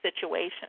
situation